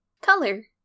color